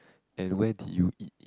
and where did you eat